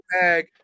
bag